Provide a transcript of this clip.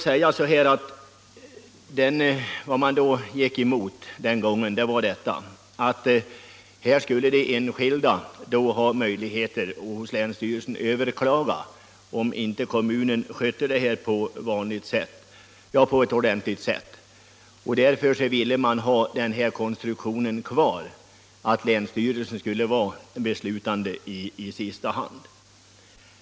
Vad riksdagen önskade den gången var att enskilda skulle ha möjlighet att överklaga hos länsstyrelsen om kommunen inte skötte dessa frågor på ordentligt sätt. Därför ville man att länsstyrelsen skulle besluta i sista hand.